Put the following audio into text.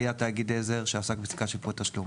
"היה תאגיד עזר שעסק בסליקה של פעולת תשלום".